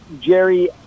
Jerry